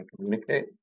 communicate